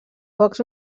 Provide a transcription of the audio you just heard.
pocs